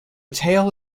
tail